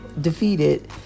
defeated